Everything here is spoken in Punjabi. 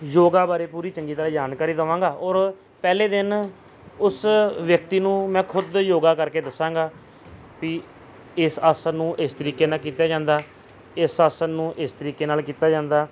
ਯੋਗਾ ਬਾਰੇ ਪੂਰੀ ਚੰਗੀ ਤਰ੍ਹਾਂ ਜਾਣਕਾਰੀ ਦੇਵਾਂਗਾ ਔਰ ਪਹਿਲੇ ਦਿਨ ਉਸ ਵਿਅਕਤੀ ਨੂੰ ਮੈਂ ਖੁਦ ਯੋਗਾ ਕਰਕੇ ਦੱਸਾਂਗਾ ਵੀ ਇਸ ਆਸਣ ਨੂੰ ਇਸ ਤਰੀਕੇ ਨਾਲ ਕੀਤਾ ਜਾਂਦਾ ਇਸ ਆਸਣ ਨੂੰ ਇਸ ਤਰੀਕੇ ਨਾਲ ਕੀਤਾ ਜਾਂਦਾ